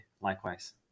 likewise